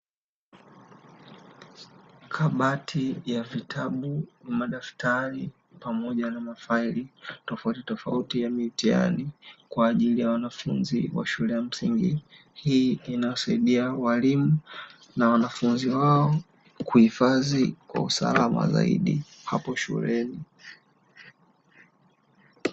Kabati ya vitabu, madaftari, pamoja na mafaili tofauti tofauti ya mitihani kwaajili ya wanafunzi wa shule ya msingi. Hii inasaidia walimu na wanafunzi wao kuhufadhi kwa usalama zaidi hapo shuleni.